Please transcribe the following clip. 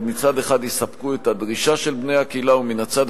ומצד אחד יספקו את הדרישה של בני הקהילה ומן הצד